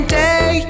day